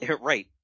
Right